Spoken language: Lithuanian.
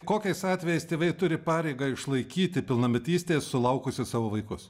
kokiais atvejais tėvai turi pareigą išlaikyti pilnametystės sulaukusius savo vaikus